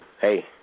hey